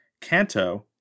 Kanto